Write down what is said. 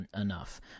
enough